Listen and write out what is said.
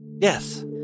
Yes